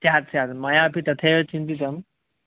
स्यात् स्यात् मया अपि तथैव चिन्तितं